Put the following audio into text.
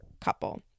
couple